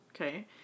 Okay